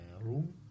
room